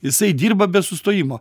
jisai dirba be sustojimo